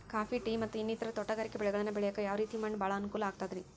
Coffee, tea, ಮತ್ತ ಇನ್ನಿತರ ತೋಟಗಾರಿಕಾ ಬೆಳೆಗಳನ್ನ ಬೆಳೆಯಾಕ ಯಾವ ರೇತಿ ಮಣ್ಣ ಭಾಳ ಅನುಕೂಲ ಆಕ್ತದ್ರಿ?